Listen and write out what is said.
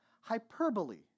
hyperbole